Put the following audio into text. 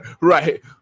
Right